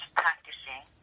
practicing